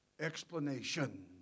explanation